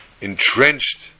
entrenched